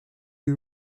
you